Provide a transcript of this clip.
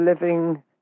living